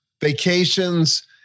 vacations